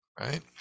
right